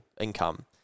income